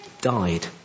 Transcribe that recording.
died